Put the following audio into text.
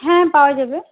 হ্যাঁ পাওয়া যাবে